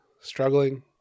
struggling